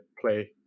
play